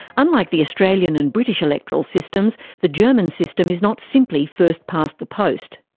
unlike the australian and british electoral systems, the german system is not simply first past the post.